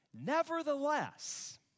Nevertheless